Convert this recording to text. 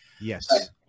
Yes